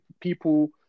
People